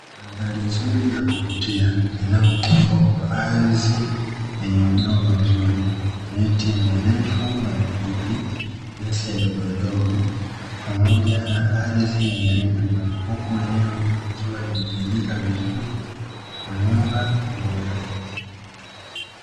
Mandhari nzuri ya kuvutia, inayopambwa kwa ardhi yenye udongo mzuri, miti mirefu na mifupi, nyasi ndogondogo pamoja na ardhi yenye rutuba, huku eneo hilo likiwa limejengeka vizuri kwa nyumba bora.